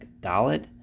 Dalit